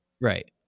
Right